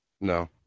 No